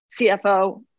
CFO